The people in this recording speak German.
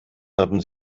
haben